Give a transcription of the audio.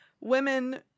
women